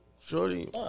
Shorty